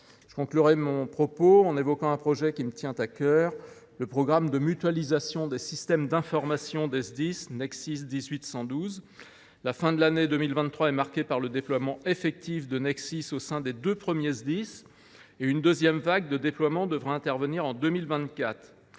Je conclurai mon propos en évoquant un projet qui me tient à cœur : le programme de mutualisation des systèmes d’information des Sdis, NexSIS 18 112. La fin de l’année 2023 est marquée par le déploiement effectif de NexSIS au sein des deux premiers Sdis. Une deuxième vague de déploiement devrait intervenir en 2024.